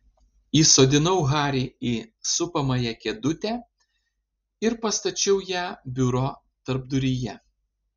įsodinau harį į supamąją kėdutę ir pastačiau ją biuro tarpduryje